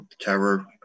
terror